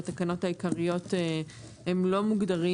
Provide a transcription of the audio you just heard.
בתקנות העיקריות הם לא מוגדרים.